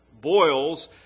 boils